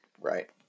Right